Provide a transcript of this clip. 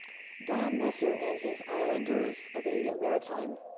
don messer and his islanders, the maritime